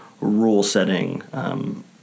rule-setting